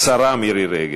השרה מירי רגב.